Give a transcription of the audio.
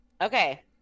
Okay